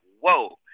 whoa